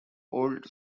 old